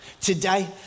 Today